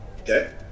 okay